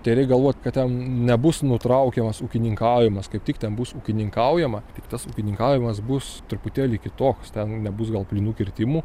tai reik galvot kad ten nebus nutraukiamas ūkininkavimas kaip tik ten bus ūkininkaujama tik tas ūkininkavimas bus truputėlį kitoks ten nebus gal plynų kirtimų